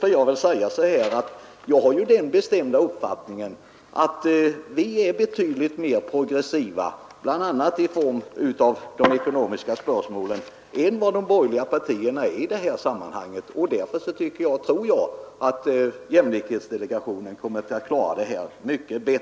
har jag den bestämda uppfattningen att vi är betydligt mer progressiva — bl.a. när det gäller de ekonomiska spörsmålen — än vad de borgerliga partierna är, och därför tror jag att jämlikhetsdelegationen kommer att klara dessa frågor mycket bra.